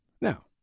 Now